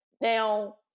Now